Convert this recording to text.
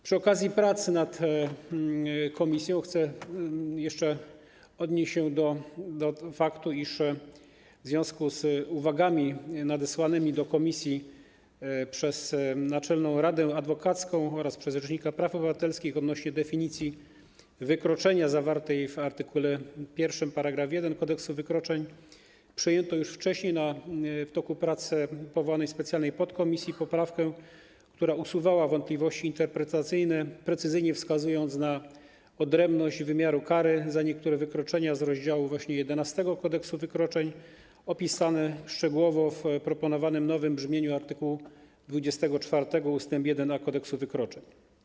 Przy okazji prac komisji chcę jeszcze odnieść się do faktu, iż w związku z uwagami nadesłanymi do komisji przez Naczelną Radę Adwokacką oraz rzecznika praw obywatelskich odnośnie do definicji wykroczenia zawartej w art. 1 § 1 Kodeksu wykroczeń przyjęto już wcześniej w toku prac powołanej specjalnej podkomisji poprawkę, która usuwała wątpliwości interpretacyjne, precyzyjne wskazując na odrębność wymiaru kary za niektóre wykroczenia z rozdziału 11 Kodeksu wykroczeń opisane szczegółowo w proponowanym nowym brzmieniu art. 24 ust. 1a Kodeksu wykroczeń.